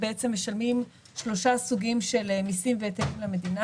משלמים שלושה סוגים של מיסים והיטלים למדינה.